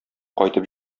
кайтып